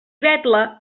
vetla